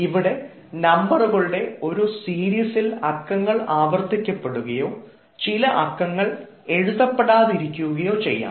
ഇവിടെ നമ്പറുകളുടെ ഒരു സീരീസിൽ അക്കങ്ങൾ ആവർത്തിക്കപ്പെടുകയോ ചില അക്കങ്ങൾ എഴുതപ്പെടാതെ ഇരിക്കുകയോ ചെയ്യാം